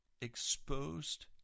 exposed